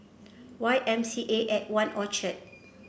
Y M C A At One Orchard